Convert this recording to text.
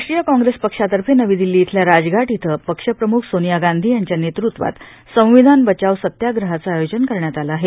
राष्ट्रीय काँग्रेस पक्षातर्फे नवी दिल्ली इथल्या राजघाट इथं पक्षप्रमुख सोनिया गांधी यांच्या नेतृत्वात संविधान बचाओ सत्याग्रहाचं आयोजन करण्यात आलं आहे